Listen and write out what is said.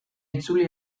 itzuli